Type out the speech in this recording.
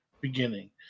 beginning